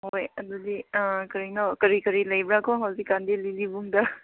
ꯍꯣꯏ ꯑꯗꯨꯗꯤ ꯀꯔꯤꯅꯣ ꯀꯔꯤ ꯀꯔꯤ ꯂꯩꯕ꯭ꯔꯥꯀꯣ ꯍꯧꯖꯤꯛ ꯀꯥꯟꯗꯤ ꯂꯤꯂꯤꯕꯨꯡꯗ